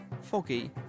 foggy